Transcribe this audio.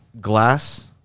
glass